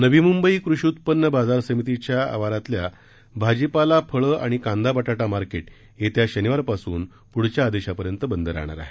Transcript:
नवी मुद्ध कृषी उत्पन्न बाजार समितीच्या आवारातील भाजीपाला फळखिाणि काद्वीबटाटा मार्केट येत्या शनिवारपासून पुढील आदेशापर्यंत बद्द राहणार आहे